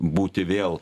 būti vėl